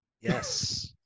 Yes